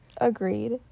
agreed